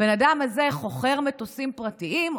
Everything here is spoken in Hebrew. הבן האדם הזה חוכר מטוסים פרטיים,